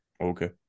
Okay